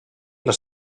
les